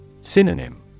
Synonym